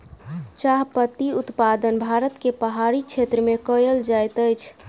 चाह पत्ती उत्पादन भारत के पहाड़ी क्षेत्र में कयल जाइत अछि